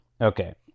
Okay